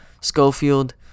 Schofield